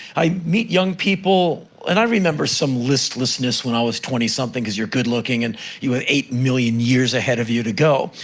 i meet young people and i remember some listlessness when i was twenty something, cause you're good-looking and you have eight million years ahead of you to go,